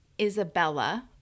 Isabella